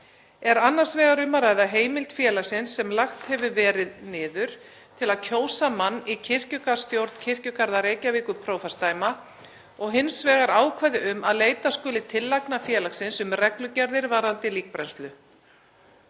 Er annars vegar um að ræða heimild félagsins sem lagt hefur verið niður til að kjósa mann í kirkjugarðsstjórn Kirkjugarða Reykjavíkurprófastsdæma og hins vegar ákvæði um að leita skuli tillagna félagsins um reglugerðir varðandi líkbrennslu.